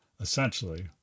Essentially